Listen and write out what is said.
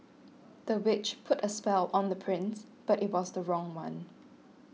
the witch put a spell on the prince but it was the wrong one